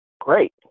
Great